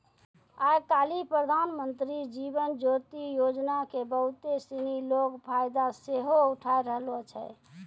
आइ काल्हि प्रधानमन्त्री जीवन ज्योति योजना के बहुते सिनी लोक फायदा सेहो उठाय रहलो छै